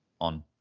on